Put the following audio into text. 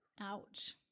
Ouch